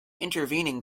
intervening